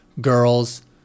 girls